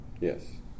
Yes